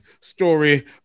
story